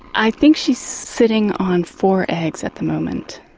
i think she's sitting on four eggs at the moment.